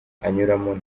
anyuramo